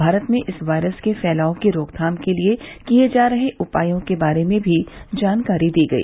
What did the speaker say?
भारत में इस वायरस के फैलाव की रोकथाम के लिए किए जा रहे उपायों के बारे में भी जानकारी दी गई